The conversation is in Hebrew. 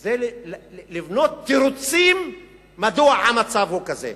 זה לבנות תירוצים מדוע המצב הוא כזה.